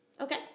okay